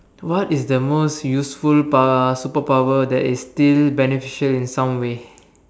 what is the most useful uh super power that is still beneficial in some way